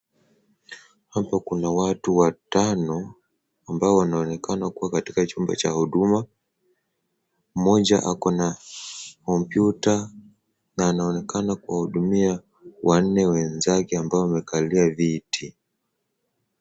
Hapa kuna watu watano ambao wanaonekana kuwa katika chumba cha huduma, mmoja akona kompyuta na anaonekana kuwahudumia wanne wenzake ambao wamekalia viti.